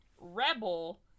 Rebel